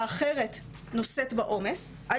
האחרת נושאת בעומס וזה מגיע בסופו של דבר